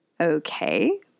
Okay